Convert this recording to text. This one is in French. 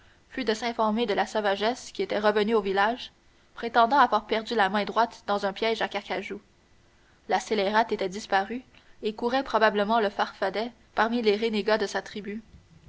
fut de s'informer de la sauvagesse qui était revenue au village prétendant avoir perdu la main droite dans un piège à carcajou la scélérate était disparue et courait probablement le farfadet parmi les renégats de sa tribu